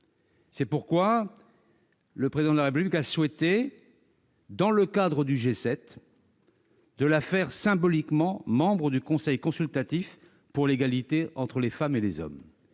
C'est pourquoi le Président de la République a souhaité, dans le cadre du G7, la faire, symboliquement, membre du conseil consultatif pour l'égalité entre les femmes et les hommes.